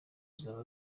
bizaba